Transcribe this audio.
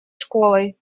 школой